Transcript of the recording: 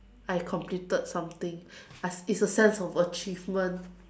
I completed something it's a sense of achievement